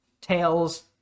tails